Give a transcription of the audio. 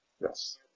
Yes